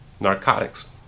narcotics